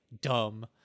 Dumb